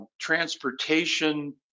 transportation